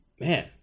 man